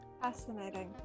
fascinating